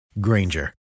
Granger